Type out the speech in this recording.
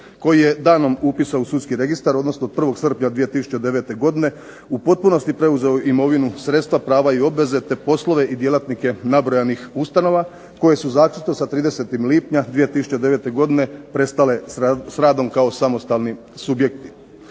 koji je danom upisa u sudski registar, odnosno 1. srpnja 2009. godine u potpunosti preuzeo imovinu sredstva, prava i obveze, te poslove i djelatnike nabrojanih ustanova, koje su zaključno sa 30. lipnja 2009. godine prestale s radom kao samostalni subjekti.